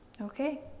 Okay